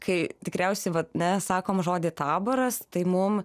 kai tikriausiai vat ne sakom žodį taboras tai mum